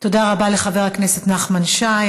תודה רבה לחבר הכנסת נחמן שי.